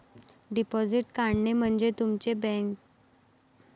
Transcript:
deposit काढणे म्हणजे तुमचे पैसे बँकेला समजून घेऊन प्रभावीपणे कर्ज देणे